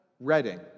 Reading